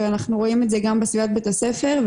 ואנחנו רואים את זה גם בסביבת בית הספר,